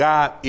God